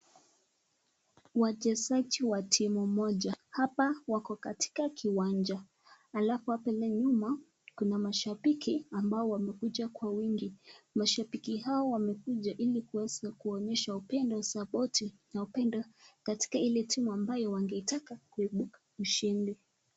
Wachezaji wa timu moja, hapa wako katika kiwanja , alafu pale nyuma kuna mashabiki ambao wamekuja kwa wingi. Mashabiki hao wamekuja ili kuonesha upendo na sapoti ya upendo katika ile timu ambayo wanataka kuibuka mshindi.